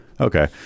Okay